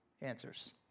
Answers